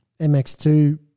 MX2